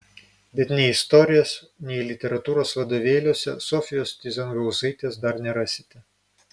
bet nei istorijos nei literatūros vadovėliuose sofijos tyzenhauzaitės dar nerasite